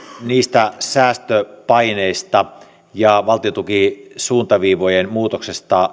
säästöpaineista ja valtiontukisuuntaviivojen muutoksesta